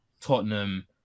Tottenham